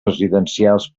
residencials